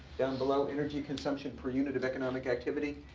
down below, energy consumption per unit of economic activity.